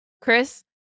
Chris